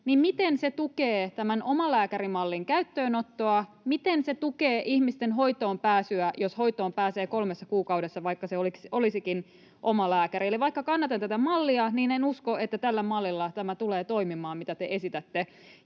miten se tukee tämän omalääkärimallin käyttöönottoa? Miten se tukee ihmisten hoitoonpääsyä, jos hoitoon pääsee kolmessa kuukaudessa, vaikka se olisikin omalääkärille? Vaikka kannatan tätä mallia, niin en usko, että tämä tulee toimimaan tällä mallilla, mitä te esitätte.